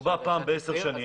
זה חידוש רגיל.